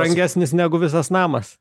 brangesnis negu visas namas